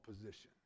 position